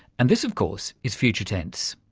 and this of course is future tense.